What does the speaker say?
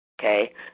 Okay